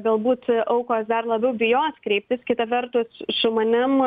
galbūt aukos dar labiau bijos kreiptis kita vertus su manimi